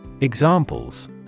Examples